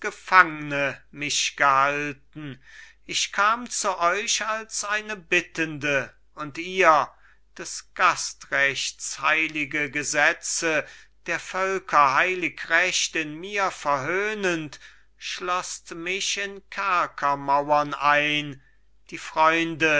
mich gehalten ich kam zu euch als eine bittende und ihr des gastrechts heilige gesetze der völker heilig recht in mir verhöhnend schloßt mich in kerkermauern ein die freunde